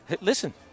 listen